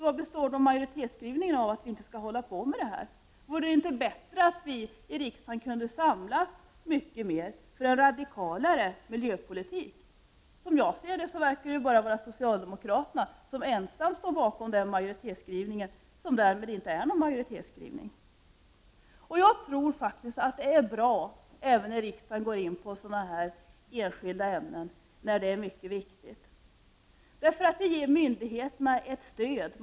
Hur är det då med majoritetsskrivningen, enligt vilken vi inte skall hålla på med sådana saker? Vore det inte bättre att vi i riksdagen kunde samlas mycket mera för en radikal miljöpolitik? Som jag uppfattar situationen verkar socialdemokraterna stå ensamma bakom skrivningen som därmed inte är någon majoritetsskrivning. Jag tror faktiskt att det är bra att även riksdagen går in på sådana här enskilda ämnen när det är fråga om något som är mycket viktigt. Det ger myndigheterna ett stöd.